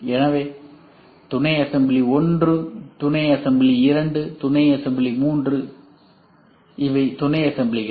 எனவே இது துணை அசம்பிளி 1 துணை அசம்பிளி 2 துணை அசம்பிளி 3 எனவே இவை துணை அசம்பிளிகள்